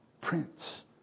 Prince